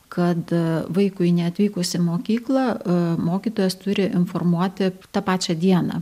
kad vaikui neatvykus į mokyklą mokytojas turi informuoti tą pačią dieną